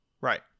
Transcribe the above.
Right